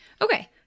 Okay